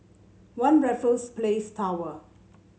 One Raffles Place Tower